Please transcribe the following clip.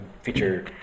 feature